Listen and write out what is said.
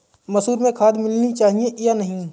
मसूर में खाद मिलनी चाहिए या नहीं?